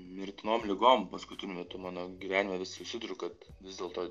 mirtinom ligom paskutiniu metu mano gyvenime susiduriu kad vis dėlto